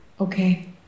Okay